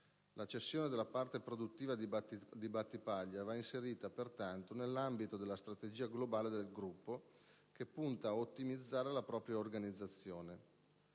La cessione della parte produttiva di Battipaglia va inserita, pertanto, nell'ambito della strategia globale del Gruppo che punta ad ottimizzare la propria organizzazione.